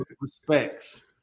respects